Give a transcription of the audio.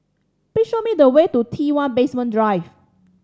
please show me the way to T One Basement Drive